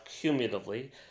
cumulatively